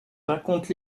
raconte